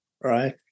right